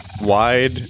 wide